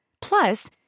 Plus